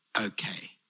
okay